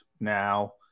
now